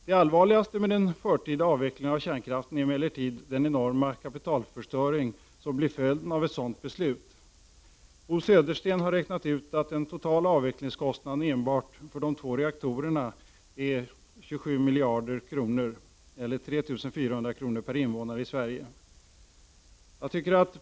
Det allvarligaste med den förtida avvecklingen av kärnkraften är emellertid den enorma kapitalförstöring som blir följden av ett sådant beslut. Bo Södersten har räknat ut att den totala avvecklingskostnaden enbart för de två reaktorerna är 27 miljarder kronor, eller 3 400 kr. per invånare i Sverige.